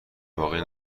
باقی